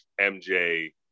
MJ